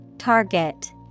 Target